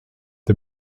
the